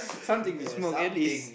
something is